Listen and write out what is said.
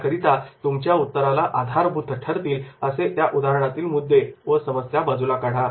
याकरिता तुमच्या उत्तराला आधारभूत ठरतील असे त्या उदाहरणातील मुद्दे व समस्या बाजूला काढा